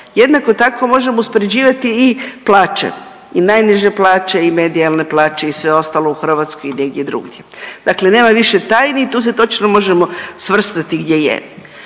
Jednako tako možemo uspoređivati i plaće i najniže plaće i medijalne plaće i sve ostalo u Hrvatskoj i negdje drugdje. Dakle, nema više tajni i tu se točno možemo svrstati gdje je.